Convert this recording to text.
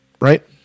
right